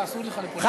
אסור לך ליפול בזה.